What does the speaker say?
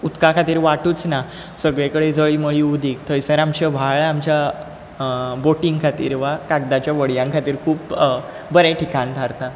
उदका खातीर वाटूच ना सगळे कडेन जळीं मळीं उदीक थंयसर आमचे व्हाळ आमच्या बोटीं खातीर वा कागदाच्या व्हडयां खातीर खूब बरें ठिकाण थारता